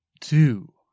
two